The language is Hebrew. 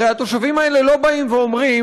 הרי התושבים האלה לא באים ואומרים: